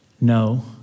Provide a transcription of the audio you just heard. no